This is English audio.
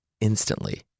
instantly